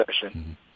session